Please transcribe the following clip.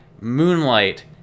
Moonlight